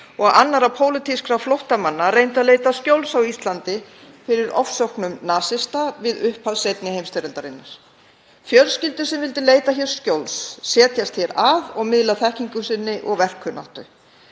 og annarra pólitískra flóttamanna reyndi að leita skjóls á Íslandi fyrir ofsóknum nasista við upphaf seinni heimsstyrjaldarinnar. Það voru fjölskyldur sem vildu leita hér skjóls, setjast hér að og miðla þekkingu sinni og verkkunnáttu.